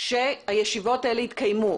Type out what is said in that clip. היא שהישיבות האלה יתקיימו.